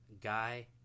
guy